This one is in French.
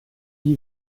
d’y